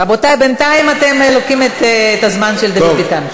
רבותי, בינתיים לוקחים את הזמן של דוד ביטן.